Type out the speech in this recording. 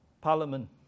parliament